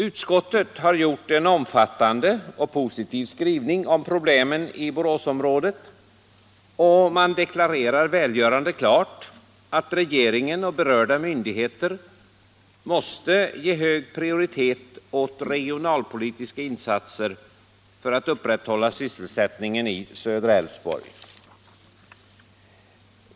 Utskottet har en omfattande och positiv skrivning om problemen i Boråsområdet, och man deklarerar välgörande klart att regeringen och berörda myndigheter måste ge hög prioritet åt regionalpolitiska insatser för att upprätthålla sysselsättningen i södra delen av Älvsborgs län.